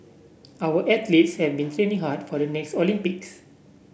our athletes have been training hard for the next Olympics